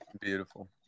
Beautiful